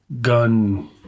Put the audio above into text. gun